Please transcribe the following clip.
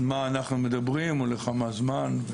על מה אנו מדברים או לכמה זמן?